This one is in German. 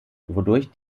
wodurch